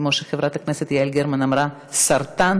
כמו שחברת הכנסת יעל גרמן אמרה, סרטן.